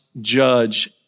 judge